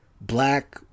Black